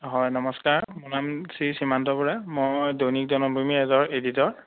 হয় নমস্কাৰ মোৰ নাম শ্ৰী সীমান্ত বৰা মই দৈনিক জনমভূমিৰ এজন ইডিটৰ